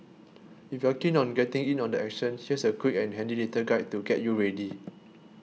if you're keen on getting in on the action she's a quick and handy little guide to get you ready